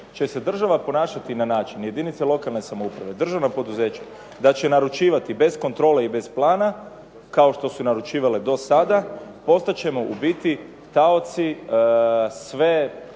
će se država ponašati na način jedinica lokalne samouprave, državna poduzeća, da će naručivati bez kontrole i bez plana, kao što su i naručivale do sada, postat ćemo u biti taoci sve